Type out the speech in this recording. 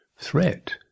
Threat